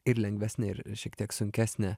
ir lengvesnę ir šiek tiek sunkesnę